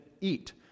eat